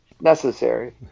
necessary